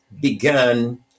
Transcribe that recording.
began